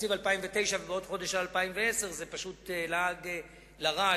תקציב 2009 ובעוד חודש על 2010 זה פשוט לעג לרש,